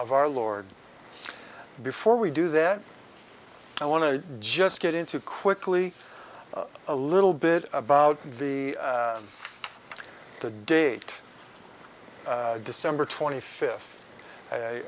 of our lord before we do that i want to just get into quickly a little bit about the the date december twenty fifth